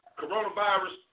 coronavirus